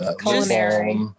culinary